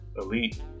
elite